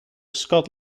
scott